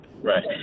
Right